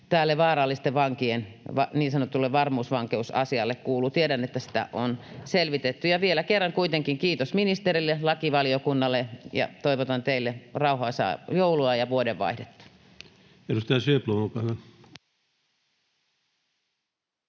tälle vaarallisten vankien niin sanotulle varmuusvankeusasialle kuuluu. Tiedän, että sitä on selvitetty. Vielä kerran kuitenkin kiitos ministerille ja lakivaliokunnalle, ja toivotan teille rauhaisaa joulua ja vuodenvaihdetta.